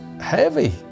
heavy